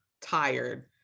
tired